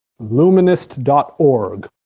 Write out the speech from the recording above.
luminist.org